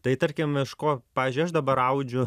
tai tarkim iš ko pavyzdžiui aš dabar audžiu